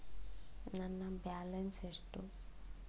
ನನ್ನ ಬ್ಯಾಲೆನ್ಸ್ ಎಷ್ಟು?